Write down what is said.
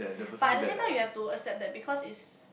but at the same time you have to accept that because is